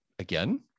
Again